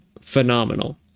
phenomenal